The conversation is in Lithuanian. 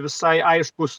visai aiškūs